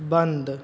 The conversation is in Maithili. बन्द